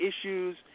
issues